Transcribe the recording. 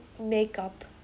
Makeup